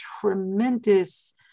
tremendous